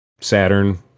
Saturn